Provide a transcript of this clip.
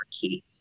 key